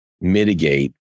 mitigate